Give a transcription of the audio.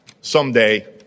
Someday